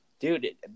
Dude